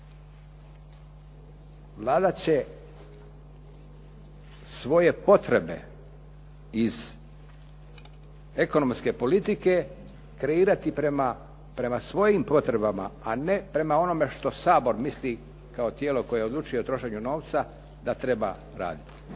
Vlada će svoje potrebe iz ekonomske politike kreirati prema svojim potrebama, a ne prema onome što Sabor misli kao tijelo koje odlučuje o trošenju novca da treba raditi.